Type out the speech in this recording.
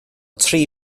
tri